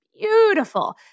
beautiful